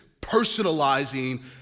personalizing